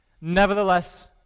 Nevertheless